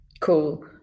cool